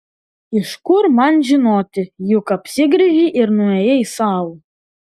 iš kur man žinoti juk apsigręžei ir nuėjai sau